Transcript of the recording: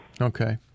Okay